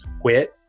quit